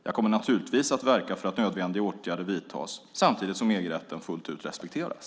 Jag kommer naturligtvis att verka för att nödvändiga åtgärder vidtas, samtidigt som EG-rätten fullt ut respekteras.